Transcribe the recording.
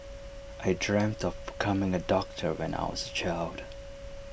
I dreamt of becoming A doctor when I was A child